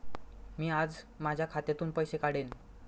मी आज माझ्या खात्यातून पैसे काढेन